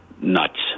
nuts